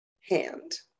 hand